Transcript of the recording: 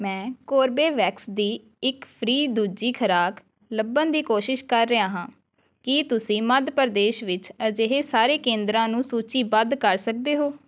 ਮੈਂ ਕੋਰਬੇਵੈਕਸ ਦੀ ਇੱਕ ਫ੍ਰੀ ਦੂਜੀ ਖੁਰਾਕ ਲੱਭਣ ਦੀ ਕੋਸ਼ਿਸ਼ ਕਰ ਰਿਹਾ ਹਾਂ ਕੀ ਤੁਸੀਂ ਮੱਧ ਪ੍ਰਦੇਸ਼ ਵਿੱਚ ਅਜਿਹੇ ਸਾਰੇ ਕੇਂਦਰਾਂ ਨੂੰ ਸੂਚੀਬੱਧ ਕਰ ਸਕਦੇ ਹੋ